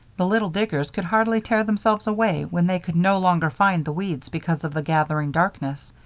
the little diggers could hardly tear themselves away when they could no longer find the weeds because of the gathering darkness.